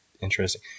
interesting